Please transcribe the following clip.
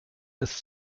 ist